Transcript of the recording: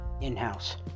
in-house